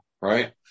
right